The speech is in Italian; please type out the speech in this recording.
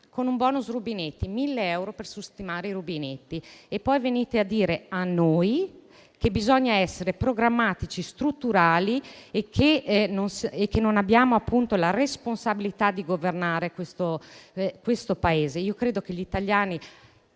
Con un *bonus* rubinetti di 1.000 euro per sistemare i rubinetti. E poi venite a dire a noi che bisogna essere programmatici e strutturali, e che non abbiamo la responsabilità di governare questo Paese? Credo invece che gli italiani